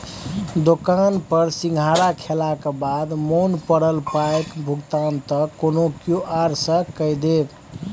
दोकान पर सिंघाड़ा खेलाक बाद मोन पड़ल पायक भुगतान त कोनो क्यु.आर सँ कए देब